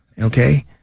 Okay